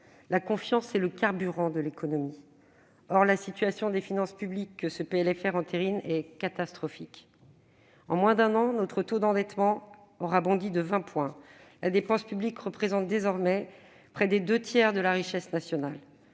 la confiance, qui est le carburant de l'économie. La situation des finances publiques que ce PLFR entérine est catastrophique. En moins d'un an, notre taux d'endettement aura bondi de vingt points. La dépense publique représente désormais près des deux tiers de la richesse nationale,